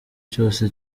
cyose